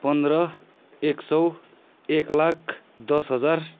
पन्ध्र एक सय एक लाख दस हजार